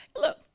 look